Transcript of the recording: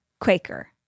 Quaker